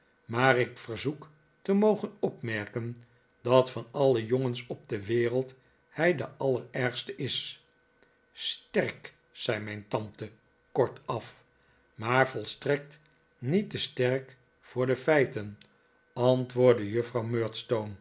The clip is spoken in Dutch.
maar ik verzoek te mogen opmerken dat van alle jongens op de wereld hij de allerergste is sterk zei mijn tante kortaf maar volstrekt niet te sterk voor de feiten antwobrdde juffrouw